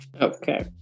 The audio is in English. Okay